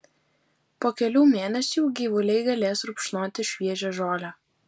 po kelių mėnesių gyvuliai galės rupšnoti šviežią žolę